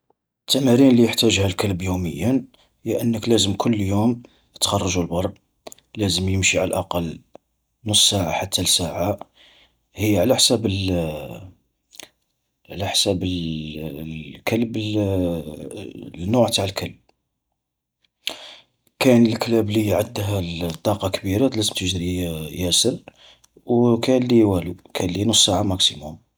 ﻿التمارين الي يحتاجها الكلب يومياً، هي أنك لازم كل يوم تخرجو البر، لازم يمشي على الأقل نص ساعة حتى الساعة. هي على حساب ال على حساب ال الكلب ال النوع تاع الكلب، كاين الكلاب لي عدها الطاقة كبيرة لازم تجري ي-ياسر وكاين لي والو، كاين اللي نص ساعة ماكسيموم.